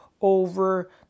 over